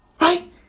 right